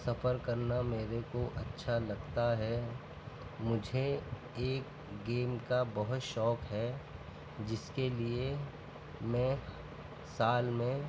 سفر کرنا میرے کو اچھا لگتا ہے مجھے ایک گیم کا بہت شوق ہے جس کے لیے میں سال میں